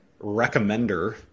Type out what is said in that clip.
recommender